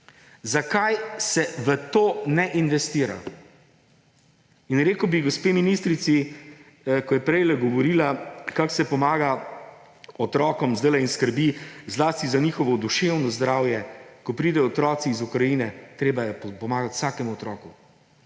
Zakaj se v to ne investira? Gospe ministrici bi rekel, ko je prejle govorila, kako se pomaga otrokom zdajle in skrbi zlasti za njihovo duševno zdravje, ko pridejo otroci iz Ukrajine. Treba je pomagati vsakemu otroku,